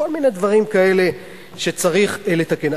כל מיני דברים כאלה שצריך לתקן.